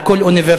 על כל אוניברסיטה,